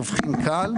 תבחין כאל,